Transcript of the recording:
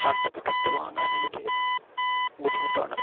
അടുത്ത പ്രൊഡക്ട് വാങ്ങാൻ എനിക്ക് ബുദ്ധിമുട്ടാണ്